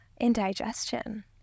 indigestion